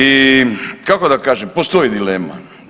I kako da kažem, postoji dilema.